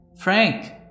frank